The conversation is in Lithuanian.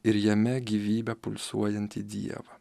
ir jame gyvybe pulsuojantį dievą